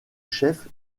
chef